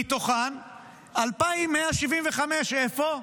מתוכן 2,175, איפה?